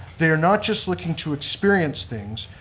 they are not just looking to experience things,